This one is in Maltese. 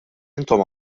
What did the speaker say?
intom